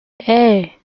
hey